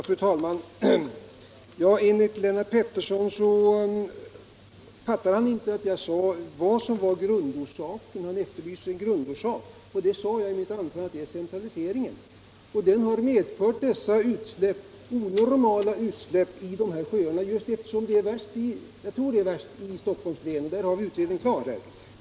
Fru talman! Herr Pettersson i Lund efterlyste grundorsaken och fattade tydligen inte vad jag sade var grundorsaken. Jag sade att den är centraliseringen. Den har medfört dessa onormala utsläpp i sjöarna, som jag tror är värst i Stockholms län. Där är utredningen klar.